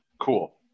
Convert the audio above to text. Cool